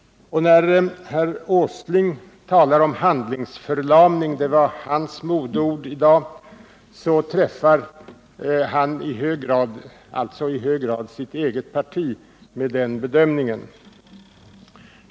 När herr Åsling talar om handlingsförlamning— det var hans modeord i dag — träffar han alltså i hög grad sitt eget parti med den bedömningen.